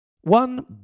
One